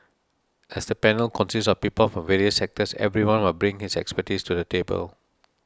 as the panel consists of people from various sectors everyone will bring his expertise to the table